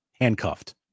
handcuffed